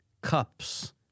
cups